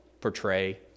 portray